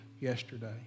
yesterday